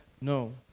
No